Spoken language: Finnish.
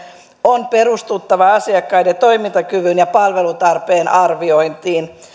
on perustuttava asiakkaiden toimintakyvyn ja palvelutarpeen arviointiin